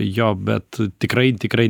jo bet tikrai tikrai